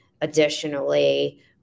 additionally